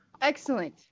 Excellent